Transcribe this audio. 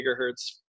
gigahertz